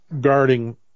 guarding